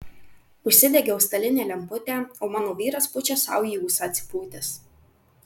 užsidegiau stalinę lemputę o mano vyras pučia sau į ūsą atsipūtęs